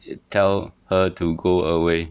tell her to go away